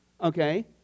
okay